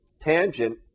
tangent